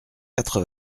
quatre